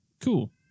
cool